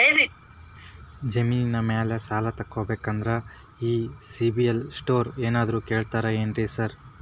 ಜಮೇನಿನ ಮ್ಯಾಲೆ ಸಾಲ ತಗಬೇಕಂದ್ರೆ ಈ ಸಿಬಿಲ್ ಸ್ಕೋರ್ ಏನಾದ್ರ ಕೇಳ್ತಾರ್ ಏನ್ರಿ ಸಾರ್?